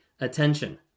attention